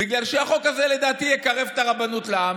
בגלל שהחוק הזה, לדעתי, יקרב את הרבנות לעם.